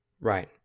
Right